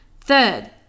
Third